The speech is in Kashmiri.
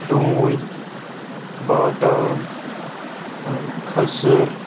ڈوٗنۍ بادام کھٔزٕر